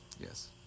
yes